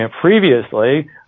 previously